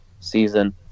season